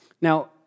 Now